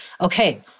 okay